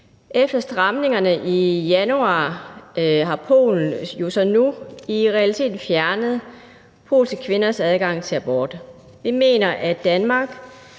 Efter stramningerne i januar har Polen jo i realiteten nu fjernet polske kvinders adgang til abort. Vi mener, at Danmark